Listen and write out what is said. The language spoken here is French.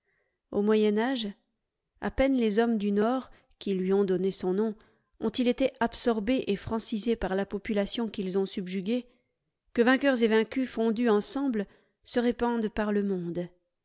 au moyen âge à peine les hommes du nord qui lui ont donné son nom ont-ils été absorbés et francisés par la population qu'ils ont subjuguée que vainqueurs et vaincus fondus ensemble se répandent par le monde